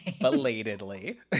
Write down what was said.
belatedly